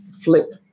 flip